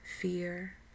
fear